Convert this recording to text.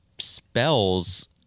Spells